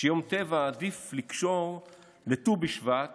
אמר שיום טבע עדיף לקשור לט"ו בשבט